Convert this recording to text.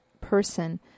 person